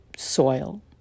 soil